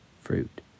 fruit